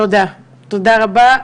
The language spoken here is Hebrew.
תודה רבה.